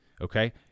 okay